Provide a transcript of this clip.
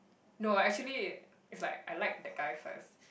no actually it's like I like the guy first